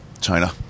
China